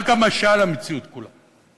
רק המשל למציאות כולה.